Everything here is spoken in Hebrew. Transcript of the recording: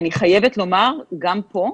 אני חייבת לומר גם פה,